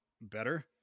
better